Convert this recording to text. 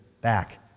back